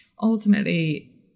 ultimately